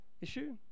issue